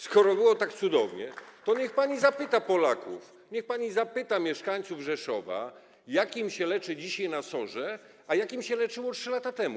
Skoro było tak cudownie, to niech pani zapyta Polaków, niech pani zapyta mieszkańców Rzeszowa, jak im się leczy dzisiaj na SOR, a jak im się leczyło 3 lata temu.